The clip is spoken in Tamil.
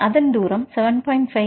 5 A